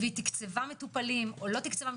והיא תקצבה מטופלים או לא תקצבה.